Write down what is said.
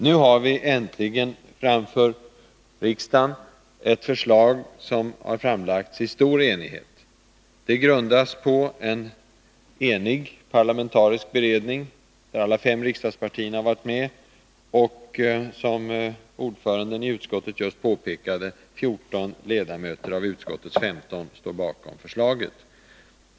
Nu har vi äntligen häri riksdagen ett förslag som har framlagts i stor enighet. Det grundas på en enig parlamentarisk beredning, där alla fem riksdagspartierna har varit med. Och som ordföranden i socialutskottet just påpekade står 14 äv utskottets 15 ledamöter bakom förslaget.